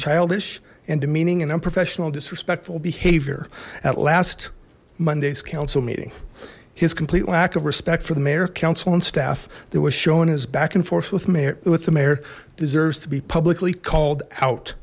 childish and demeaning and unprofessional disrespectful behavior at last monday's council meeting his complete lack of respect for the mayor council and staff that was shown his back and forth with mayor with the mayor deserves to be publicly called out